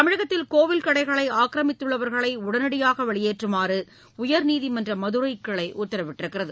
தமிழகத்தில் கோவில் கடைகளை ஆக்கிரமித்துள்ளவர்களை உடனடியாக வெளியேற்றமாறு உயர்நீதிமன்ற மதுரைக்கிளை உத்தரவிட்டுள்ளது